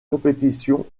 compétition